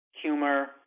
humor